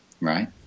right